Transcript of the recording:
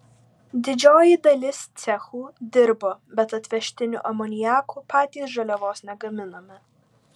didžioji dalis cechų dirbo bet atvežtiniu amoniaku patys žaliavos negaminome